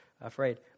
afraid